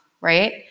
right